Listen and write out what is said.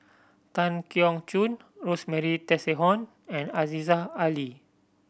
Tan Keong Choon Rosemary Tessensohn and Aziza Ali